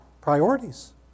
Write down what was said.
Priorities